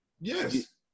Yes